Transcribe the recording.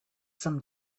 some